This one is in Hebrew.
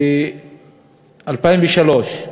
ב-2003,